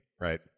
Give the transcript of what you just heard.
right